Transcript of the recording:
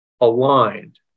aligned